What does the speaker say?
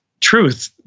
truth